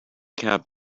cab